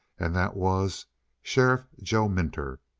and that was sheriff joe minter,